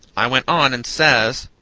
i went on, and says